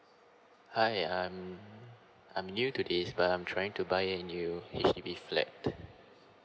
hi I'm I'm new to this but trying to buy a new H_B flat